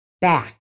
back